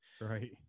Right